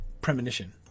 premonition